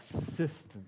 assistance